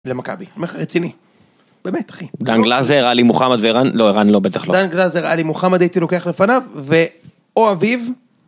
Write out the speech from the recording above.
למכבי, אני אומר לך רציני. באמת אחי. דן גלאזר, אלי מוחמד וערן? לא ערן לא בטח לא. דן גלאזר, אלי מוחמד הייתי לוקח לפניו ו/או אביב.